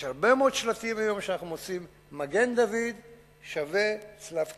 יש הרבה מאוד שלטים שבהם אנחנו מוצאים "מגן דוד = צלב קרס".